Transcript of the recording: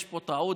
יש פה טעות,